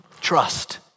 trust